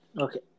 Okay